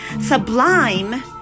sublime